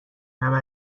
همه